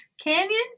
Canyon